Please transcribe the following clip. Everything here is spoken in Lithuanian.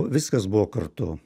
viskas buvo kartu